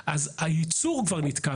אז הייצור כבר נתקע.